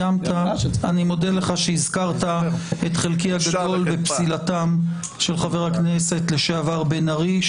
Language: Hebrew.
אני מודה לך שהזכרת את חלקי הגדול בפסילתם של חברי הכנסת לשעבר בן ארי,